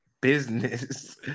business